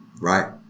right